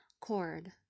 cord